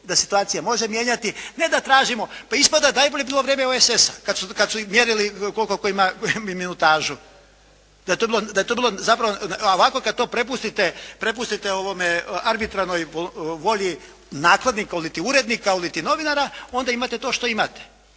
se situacija može mijenjati, ne da tražimo. Pa ispada da je najbolje bilo u vrijeme OESS-a kad su mjerili koliko tko ima minutažu, da je to bilo zapravo. Ovako kad to prepustite arbitrarnoj volji nakladnika, oliti urednika, oliti novinara onda imate to što imate.